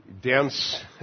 dense